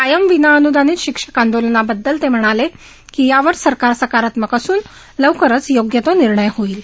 कायम विनाअनुदानित शिक्षक आंदोलनाबाबत ते म्हणाले की यावर सरकार सकारात्मक असून लवकरच योग्य तो निर्णय होईल